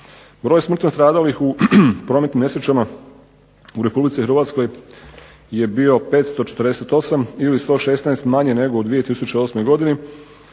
Broj smrtno stradalih u prometnim nesrećama u Republici Hrvatskoj je bio 548 ili 116 manje nego u 2008. godini